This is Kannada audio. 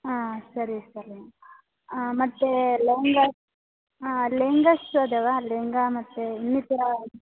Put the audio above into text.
ಹಾಂ ಸರಿ ಸರಿ ಮತ್ತು ಲೆಹಂಗಾಸ್ ಹಾಂ ಲೆಹಂಗಾಸ್ ಅದವಾ ಲೆಹಂಗಾ ಮತ್ತು ಇನ್ನಿತರ